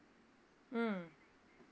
mm